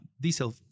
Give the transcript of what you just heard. diesel